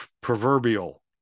proverbial